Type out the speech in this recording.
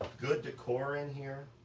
good decor in here.